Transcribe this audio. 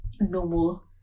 normal